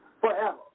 forever